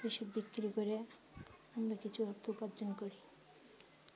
এসব বিক্রি করে আমরা কিছু অর্থ উপার্জন করি